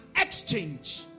exchange